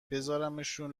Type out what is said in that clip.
بزارمشون